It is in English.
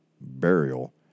burial